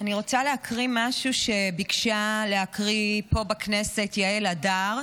אני רוצה להקריא משהו שביקשה להקריא פה בכנסת יעל אדר,